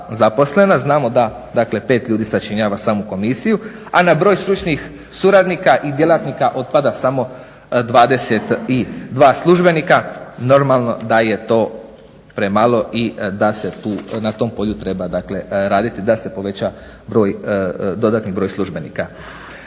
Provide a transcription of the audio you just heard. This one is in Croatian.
znamo da 5 ljudi sačinjava samo Komisiju, a na broj stručnih suradnika i djelatnika otpada samo 22 službenika. Normalno da je to premalo i da se na tom polju treba raditi da se poveća dodatni broj službenika.